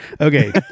Okay